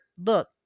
look